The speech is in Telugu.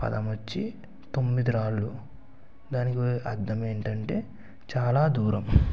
ఆ పదం వచ్చి తొమ్మిది రాళ్లు దానికి అర్థమేంటంటే చాలా దూరం